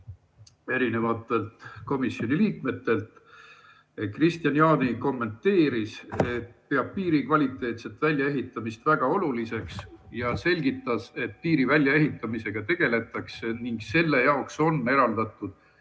erinevatelt komisjoni liikmetelt. Kristian Jaani kommenteeris, et peab piiri kvaliteetset väljaehitamist väga oluliseks, ja selgitas, et piiri väljaehitamisega tegeletakse ning selle jaoks on eraldatud